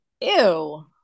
ew